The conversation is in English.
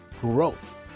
growth